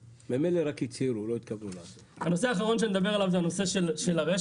הנושא האחרון שאני אדבר עליו זה הנושא של הרשת,